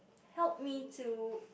help me to